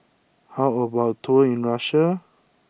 how about tour in Russia